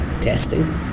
testing